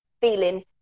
feeling